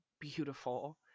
beautiful